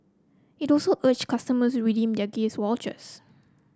it also urged customer redeem their gift vouchers